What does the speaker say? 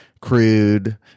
crude